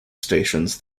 stations